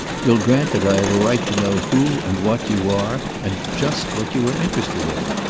you'll grant that i have a right to know who and what you are, and just what you are interested in.